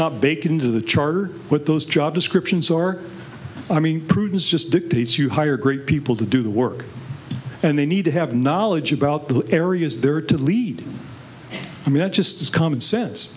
bacon to the charter what those job descriptions are i mean prudence just dictates you hire great people to do the work and they need to have knowledge about the areas they're to lead i mean it just is common sense